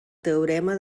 teorema